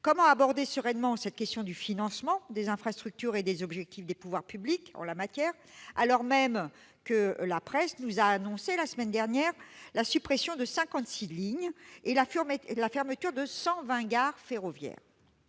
comment aborder sereinement la question du financement des infrastructures et celle des objectifs des pouvoirs publics en la matière, alors même que la presse a annoncé, la semaine dernière, la suppression de 56 lignes et la fermeture de 120 gares ferroviaires ?